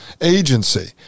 agency